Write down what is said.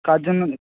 কার জন্য